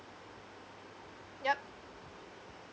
yup